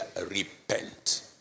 repent